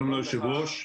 שלום ליושב ראש.